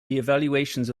evaluations